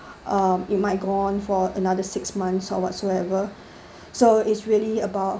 uh it might go on for another six months or whatsoever so it's really about